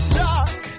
dark